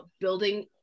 building